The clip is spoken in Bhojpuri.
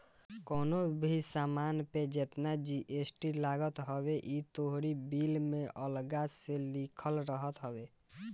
कवनो भी सामान पे जेतना जी.एस.टी लागत हवे इ तोहरी बिल में अलगा से लिखल रहत हवे